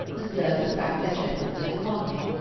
must learn to practise lessons of economy.